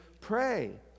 Pray